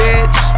Bitch